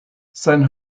sein